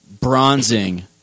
bronzing